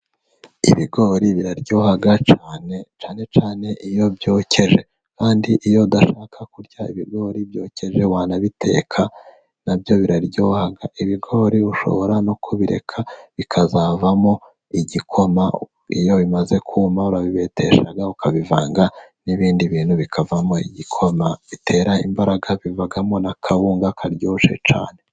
Ibigori biraryoha cyane, cyane cyane iyo byokeje, kandi iyo udashaka kurya ibigori byokeje wanabiteka nabyo biraryoha, ibigori ushobora no kubireka bikazavamo igikoma, iyo bimaze kumpa urabibetesha ukabivanga n'ibindi bintu bikavamo igikoma, bitera imbaraga, bivamo n'akawunga karyoshye cyane.